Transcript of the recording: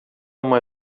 uma